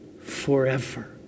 forever